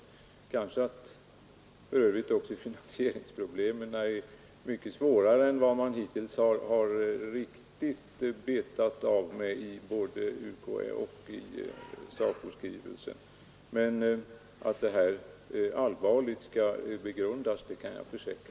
Finansieringsproblemen är för övrigt kanske mycket svårare än man hittills antytt både inom UKÄ och i SACO-skrivelsen. Men att denna fråga allvarligt skall begrundas kan jag försäkra.